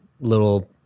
little